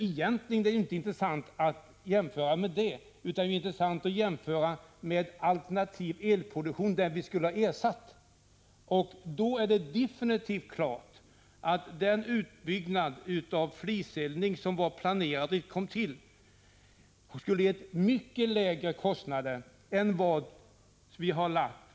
Egentligen är det inte intressant att jämföra dem, utan det intressanta är att jämföra med den alternativa elproduktion som vi skulle ha ersatt. Då är det helt klart att utbyggnad av fliseldning som var planerad men som icke kom till skulle ha gett mycket lägre kostnader än F 3 och O 3.